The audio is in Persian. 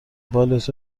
بالت